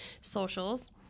socials